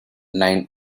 nine